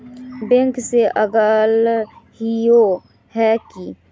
Bank से अलग हिये है की?